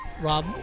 Rob